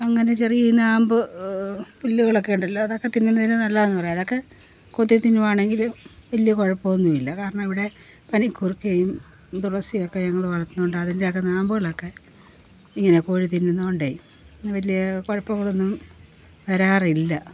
അങ്ങനെ ചെറിയ ഈ നാമ്പ് പുല്ലുകളൊക്ക ഉണ്ടല്ലോ അതൊക്കെ തിന്നുന്നത് നല്ലതാണെന്ന് പറയും അതൊക്കെ കൊത്തി തിന്നുവാണെങ്കില് വലിയ കുഴപ്പം ഒന്നും ഇല്ല കാരണം ഇവിടെ പനിക്കൂർക്കയും തുളസിയും ഒക്കെ ഞങ്ങൾ വളർത്തുന്നുണ്ട് അതിൻ്റെയൊക്കെ നാമ്പുകളൊക്കെ ഇങ്ങനെ കോഴി തിന്നുന്നതുകൊണ്ടേ വലിയ കുഴപ്പങ്ങളൊന്നും വരാറില്ല